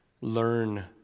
learn